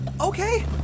Okay